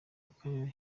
akarere